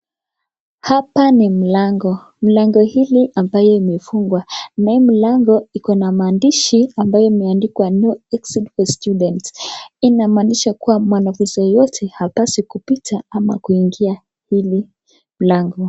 Hapa ni mlango. Mlango hili ambayo imefungwa na hii mlango ikona maandishi ambayo imeandikwa No exit for students Inamaanisha kuwa mwanafunzi yoyote hapaswi kupita ama kuingia hili mlango.